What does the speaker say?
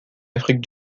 afrique